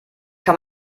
kann